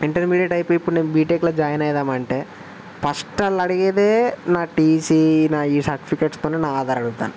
intermediate అయిపోయి ఇప్పుడు నేను బీటెక్లో జాయిన్ అవుదాము అంటే ఫస్ట్ వాళ్ళు అడిగేదే నా టీసీ నా ఈ సర్టిఫికెట్స్తోనే నా ఆధార్ అడుగుతాను